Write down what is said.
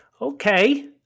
Okay